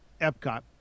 Epcot